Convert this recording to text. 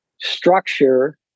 structure